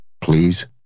please